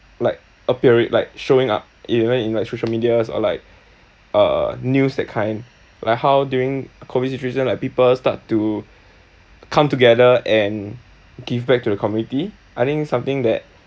like a period like showing up even in like social medias or like uh news that kind like how during COVID situation like people start to come together and give back to the community I think something that